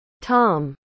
Tom